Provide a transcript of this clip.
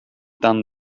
done